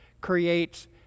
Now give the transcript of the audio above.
creates